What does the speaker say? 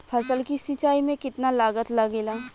फसल की सिंचाई में कितना लागत लागेला?